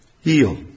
heal